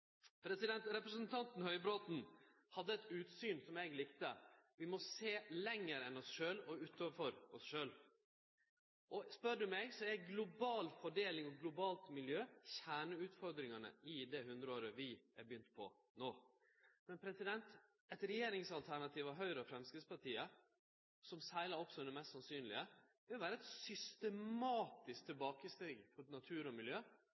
Representanten Høybråten hadde eit utsyn som eg likte. Vi må sjå lenger enn oss sjølve og utafor oss sjølve. Spør du meg, er global fordeling og globalt miljø kjerneutfordringane i det hundreåret vi har begynt på no. Eit regjeringsalternativ av Høgre og Framstegspartiet, som seglar opp som det mest sannsynlege, vil vere eit systematisk tilbakesteg for natur og miljø